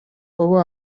بابا